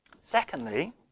Secondly